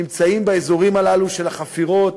שנמצאים באזורים הללו של החפירות,